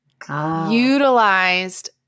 utilized